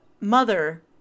mother